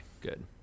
good